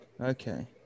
Okay